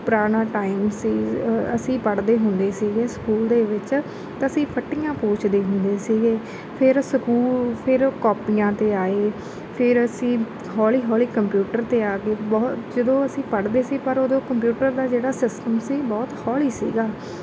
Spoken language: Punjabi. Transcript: ਪੁਰਾਣਾ ਟਾਈਮ ਸੀ ਅਸੀਂ ਪੜ੍ਹਦੇ ਹੁੰਦੇ ਸੀਗੇ ਸਕੂਲ ਦੇ ਵਿੱਚ ਤਾਂ ਅਸੀਂ ਫੱਟੀਆਂ ਪੋਚਦੇ ਹੁੰਦੇ ਸੀਗੇ ਫੇਰ ਸਕੂਲ ਫੇਰ ਕੋਪੀਆਂ 'ਤੇ ਆਏ ਫੇਰ ਅਸੀਂ ਹੌਲੀ ਹੌਲੀ ਕੰਪਿਊਟਰ 'ਤੇ ਆ ਗਏ ਬਹੁ ਜਦੋਂ ਅਸੀਂ ਪੜ੍ਹਦੇ ਸੀ ਪਰ ਉਦੋਂ ਕੰਪਿਊਟਰ ਦਾ ਜਿਹੜਾ ਸਿਸਟਮ ਸੀ ਬਹੁਤ ਹੌਲੀ ਸੀਗਾ